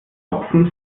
topfen